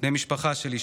בני משפחה של אשתי.